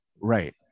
Right